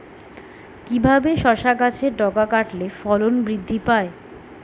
কিভাবে শসা গাছের ডগা কাটলে ফলন বৃদ্ধি পায়?